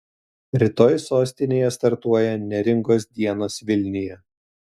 rytoj sostinėje startuoja neringos dienos vilniuje